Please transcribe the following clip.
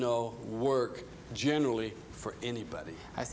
know work generally for anybody i